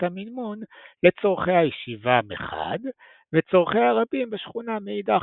המימון לצורכי הישיבה מחד וצורכי הרבים בשכונה מאידך,